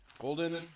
Golden